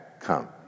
come